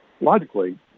logically